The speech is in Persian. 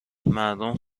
مردم